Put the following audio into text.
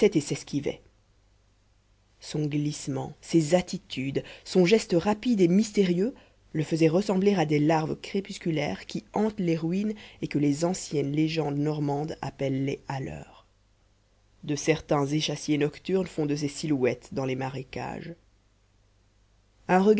s'esquivait son glissement ses attitudes son geste rapide et mystérieux le faisaient ressembler à ces larves crépusculaires qui hantent les ruines et que les anciennes légendes normandes appellent les alleurs de certains échassiers nocturnes font de ces silhouettes dans les marécages